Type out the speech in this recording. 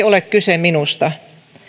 ole kyse minusta